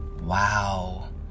wow